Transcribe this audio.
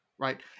Right